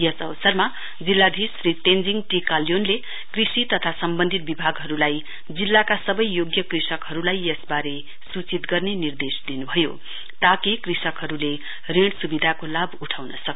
यस अवसरमा जिल्लाधीश श्री तेञ्जिङ टी काल्योनले कृषि तथा सम्वन्धित विभागहरुलाई जिल्लाका सबै योग्य कृषिहरुलाई यसवारे स्चित गर्ने निर्देश दिन्भयो ताकि कृषिहरुले ऋण सुविधाको लाभ उठाउन सक्न्